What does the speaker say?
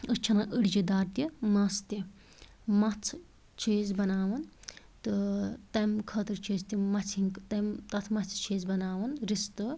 أسۍ چھِ انان أڑجہِ دار تہِ مَژھ تہِ مَژھ چھِ أسۍ بناوان تہٕ تَمہِ خٲطرٕ چھِ أسۍ تِم مَژھہِ ہنٛدۍ تَمہِ تتھ مَژھہِ چھِ أسۍ بناوان رستہٕ